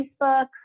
Facebook